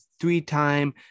three-time